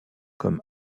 comme